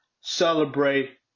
celebrate